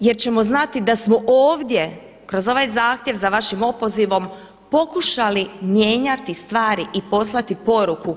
jer ćemo znati da smo ovdje kroz ovaj zahtjev za vašim opozivom pokušali mijenjati stvari i poslati poruku.